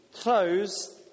Close